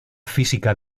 física